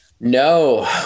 No